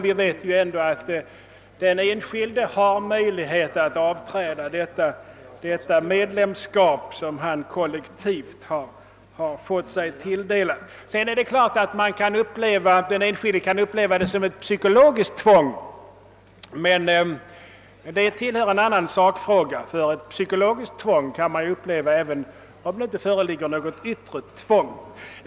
Vi vet ju ändå att den enskilde har möjligheter att frånträda sådant medlemskap som han kollektivt har fått sig tilldelat. Sedan är det klart att en enskild människa kan uppleva sådan anslutning som ett psykologiskt tvång, men det tillhör en annan sakfråga. Psykologiskt tvång kan man uppleva även om det inte föreligger något yttre tvång.